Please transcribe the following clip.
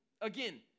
Again